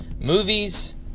movies